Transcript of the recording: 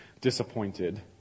disappointed